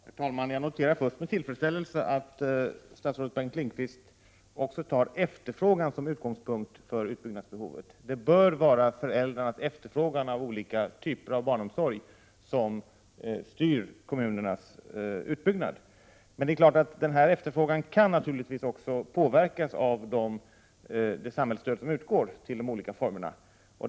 Herr talman! Jag noterar först med tillfredsställelse att statsrådet Lindqvist också tar efterfrågan som utgångspunkt för utbyggnadsbehovet. Föräldrarnas efterfrågan av olika typer av barnomsorg bör styra kommunernas utbyggnad. Efterfrågan kan naturligtvis påverkas av det samhällsstöd som utgår till de olika omsorgsformerna.